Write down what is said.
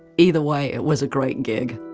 either way, it was a great gig.